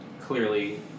clearly